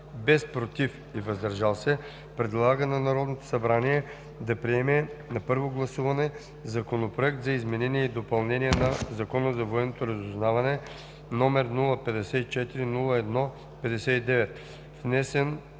без „против“ и „въздържал се“, предлага на Народното събрание да приеме на първо гласуване Законопроект за изменение и допълнение на Закона за военното разузнаване, № 054-01-59, внесен